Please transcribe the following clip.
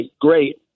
great